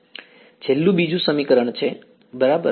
છેલ્લું બીજું સમીકરણ છે બરાબર